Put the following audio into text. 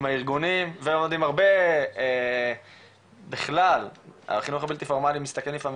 עם הארגונים ועוד עם הרבה בכלל החינוך הבלתי פורמאלי מסתכם לפעמים